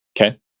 Okay